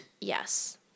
Yes